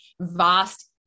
vast